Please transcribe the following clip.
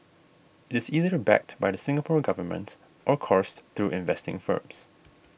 it is either backed by the Singapore Government or coursed through investing firms